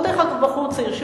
או בחור צעיר,